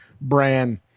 Bran